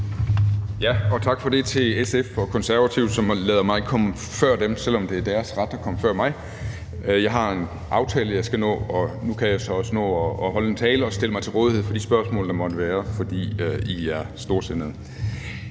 Ja, tak for det til SF og Konservative, som lader mig komme før dem, selv om det er deres ret at komme før mig. Jeg har en aftale, jeg skal nå, men nu kan jeg så også nå at holde en tale og stille mig til rådighed for de spørgsmål, der måtte være, fordi I er storsindede.